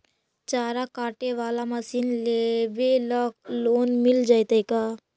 चारा काटे बाला मशीन लेबे ल लोन मिल जितै का?